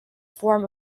form